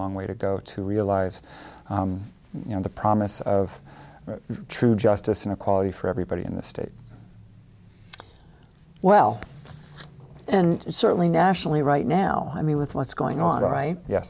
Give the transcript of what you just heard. long way to go to realize you know the promise of true justice and equality for everybody in the state well and certainly nationally right now i mean with what's going on all right ye